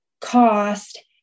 cost